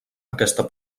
aquesta